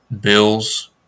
bills